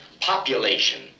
Population